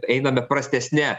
einame prastesne